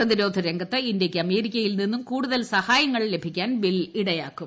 പ്രതിരോധ രംഗത്ത് ഇന്ത്യയ്ക്ക് അമേരിക്കയിൽ നിന്നും കൂടുതൽ സഹായങ്ങൾ ലഭിക്കാൻ ബിൽ ഇടയാക്കും